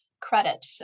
credit